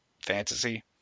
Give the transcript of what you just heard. fantasy